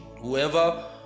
whoever